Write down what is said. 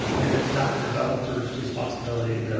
and it's not the developers responsibility